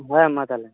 ᱦᱮᱸ ᱢᱟ ᱛᱟᱦᱚᱞᱮ